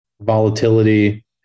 volatility